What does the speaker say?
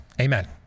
Amen